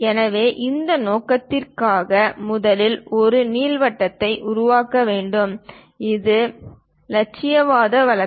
எனவே அந்த நோக்கத்திற்காக முதலில் ஒரு நீள்வட்டத்தை உருவாக்க வேண்டும் இது இலட்சியவாத வழக்கு